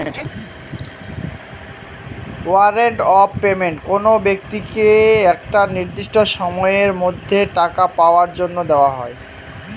warrant of payment কোনো ব্যক্তিকে একটা নির্দিষ্ট সময়ের মধ্যে টাকা পাওয়ার জন্য দেওয়া হয়